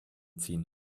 ziehen